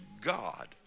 God